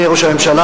אדוני ראש הממשלה,